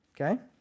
okay